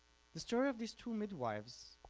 the story of these two midwives